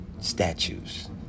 statues